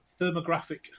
thermographic